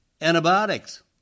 antibiotics